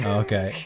okay